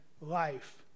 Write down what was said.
life